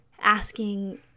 asking